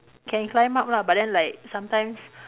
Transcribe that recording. can climb up lah but then like sometimes